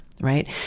right